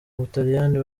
butaliyani